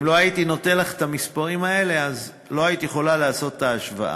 אם לא הייתי נותן לך את המספרים האלה לא היית יכולה לעשות את ההשוואה.